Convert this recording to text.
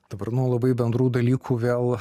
dabar nuo labai bendrų dalykų vėl